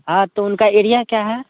हाँ तो उनका एरिया क्या है